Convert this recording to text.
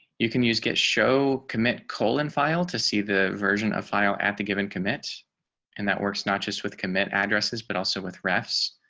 you can use get show commit colon file to see the version of file at the given commit and that works, not just with commit addresses, but also with refs.